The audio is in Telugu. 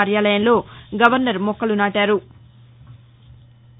కార్యాలయంలో గవర్నర్ మొక్కలునాటారు